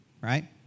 Right